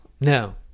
No